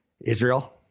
Israel